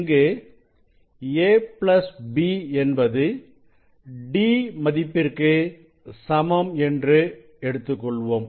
இங்கு a b என்பது d மதிப்பிற்கு சமம் என்று எடுத்துக்கொள்வோம்